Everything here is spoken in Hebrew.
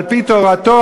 על-פי תורתו,